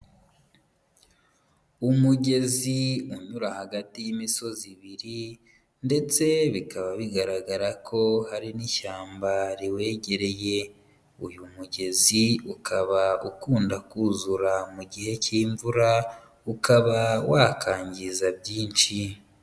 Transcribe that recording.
Umugezi unyura hagati y'imisozi ibiri ndetse bikaba bigaragara ko hari n'ishyamba riwegereye, uyu mugezi ukaba ukunda kuzura mu gihe cy'imvura ukaba wakangiza byinshi.